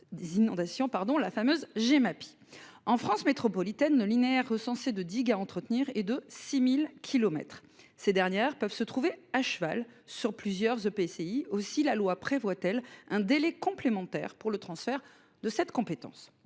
Des inondations pardon, la fameuse Gemapi en France métropolitaine linéaire recensés de digues à entretenir et de 6000 kilomètres. Ces dernières peuvent se trouver à cheval sur plusieurs EPCI aussi, la loi prévoit elle un délai complémentaire pour le transfert de cette compétence